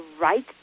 right